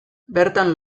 bertan